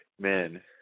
men